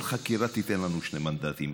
כל חקירה תיתן לנו שני מנדטים.